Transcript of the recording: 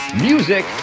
music